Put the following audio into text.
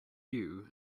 queue